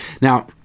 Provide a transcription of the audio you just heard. Now